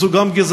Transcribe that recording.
זו גם גזענות,